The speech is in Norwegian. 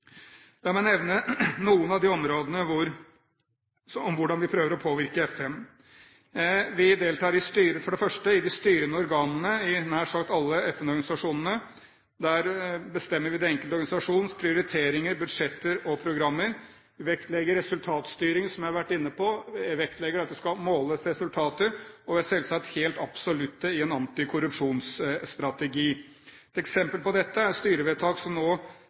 La meg nevne noen av områdene, og hvordan vi prøver å påvirke FN. Vi deltar for det første i de styrende organene i nær sagt alle FN-organisasjonene. Der bestemmer vi de enkelte organisasjoners prioriteringer, budsjetter og programmer, vektlegger resultatstyring – som jeg har vært inne på – vektlegger at det skal måles resultater, og vi er selvsagt helt absolutte i en antikorrupsjonsstrategi. Et eksempel på dette er et styrevedtak nå